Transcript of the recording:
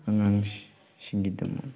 ꯑꯉꯥꯡꯁꯤꯡꯒꯤꯗꯃꯛ